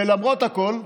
ולמרות הכול,